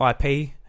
IP